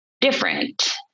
different